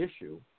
issue